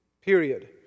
period